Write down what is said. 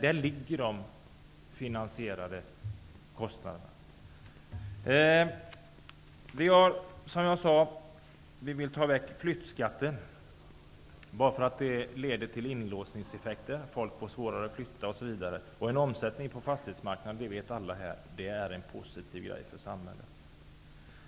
De kostnaderna är finansierade. Som jag tidigare sade vill vi ta bort flyttskatten, eftersom den leder till inlåsningseffekter. Folk får svårare att flytta, osv. En omsättning på fastighetsmarknaden är positivt för samhället, och det vet alla här.